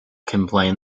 complain